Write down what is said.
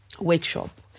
workshop